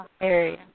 area